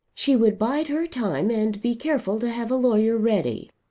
she would bide her time and be careful to have a lawyer ready.